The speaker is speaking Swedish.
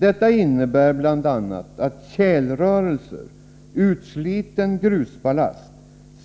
Detta innebär bl.a. att tjälrörelser, utsliten grusballast,